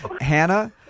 Hannah